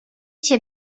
cię